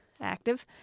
active